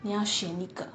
你要一个